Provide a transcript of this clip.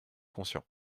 conscient